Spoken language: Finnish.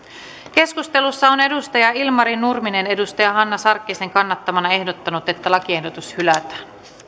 keskustelussa on ilmari nurminen hanna sarkkisen kannattamana ehdottanut että lakiehdotus hylätään